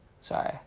Sorry